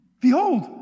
Behold